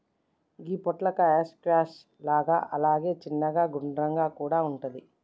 గి పొట్లకాయ స్క్వాష్ లాగా అలాగే చిన్నగ గుండ్రంగా కూడా వుంటది